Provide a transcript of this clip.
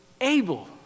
able